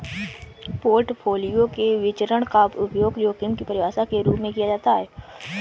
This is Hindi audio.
पोर्टफोलियो के विचरण का उपयोग जोखिम की परिभाषा के रूप में किया जाता है